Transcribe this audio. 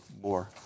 more